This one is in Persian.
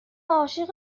عاشق